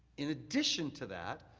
in addition to that,